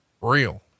real